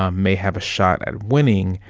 um may have a shot at winning,